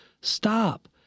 Stop